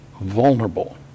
vulnerable